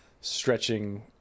stretching